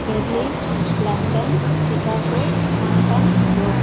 Berlin London Chicago Hong Kong Rome